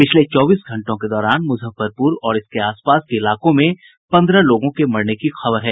पिछले चौबीस घंटों के दौरान मूजफ्फरपूर और इसके आसपास के इलाकों से पन्द्रह लोगों के मरने की खबर है